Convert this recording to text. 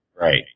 Right